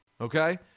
Okay